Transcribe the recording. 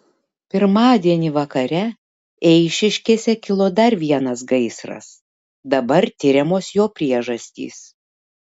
pirmadienį vakare eišiškėse kilo dar vienas gaisras dabar tiriamos jo priežastys